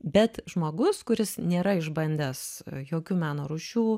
bet žmogus kuris nėra išbandęs jokių meno rūšių